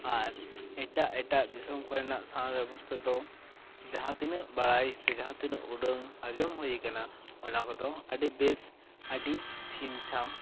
ᱟᱨ ᱮᱴᱟᱜ ᱮᱴᱟᱜ ᱫᱤᱥᱚᱢ ᱠᱚᱨᱮᱱᱟᱜ ᱥᱟᱶᱟᱨ ᱵᱮᱵᱚᱥᱛᱟ ᱫᱚ ᱡᱟᱦᱟᱸ ᱛᱤᱱᱟᱹᱜ ᱵᱟᱲᱟᱭ ᱥᱮ ᱡᱟᱦᱟᱸ ᱛᱤᱱᱟᱹᱜ ᱩᱰᱟᱹᱝ ᱟᱸᱡᱚᱢ ᱦᱩᱭ ᱠᱟᱱᱟ ᱚᱱᱟ ᱠᱚᱫᱚ ᱟᱹᱰᱤ ᱵᱮᱥ ᱟᱹᱰᱤ ᱪᱷᱤᱢᱪᱷᱟᱢ